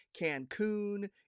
Cancun